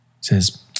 says